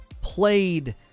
played